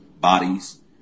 bodies